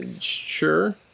sure